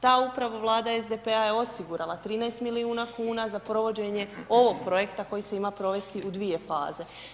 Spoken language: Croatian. Ta upravo vlada SDP-a je osigurala 13 milijuna kuna za provođenje ovog projekta koji se ima provesti u dvije faze.